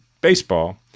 baseball